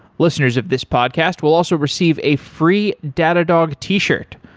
listeners of this podcast will also receive a free datadog t-shirt.